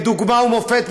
ודוגמה ומופת,